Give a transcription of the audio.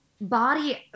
Body